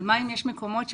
אבל מה אם יש מקומות שבהם,